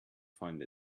find